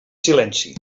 silenci